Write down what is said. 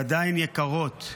ועדיין יקרות.